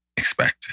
expect